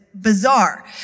bizarre